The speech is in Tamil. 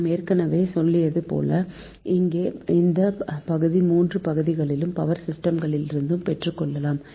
நான் ஏற்கனவே சொல்லியது போல இந்த பகுதி மற்ற 3 பகுதிகளின் பவர் சிஸ்டம்களிலிருந்து பெற்றுக்கொள்ளலாம்